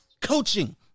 coaching